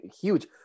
huge